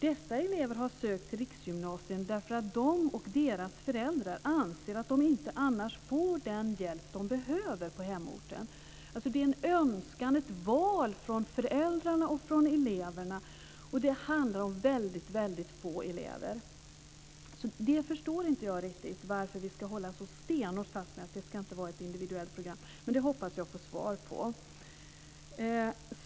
Dessa elever har sökt till riksgymnasierna därför att de och deras föräldrar anser att de inte får den hjälp de behöver på hemorten. Det är en önskan, ett val, från föräldrarna och eleverna. Det handlar om väldigt få elever. Jag förstår inte varför vi ska hålla så stenhårt fast vid att det inte ska vara ett individuellt program. Jag hoppas få svar på det.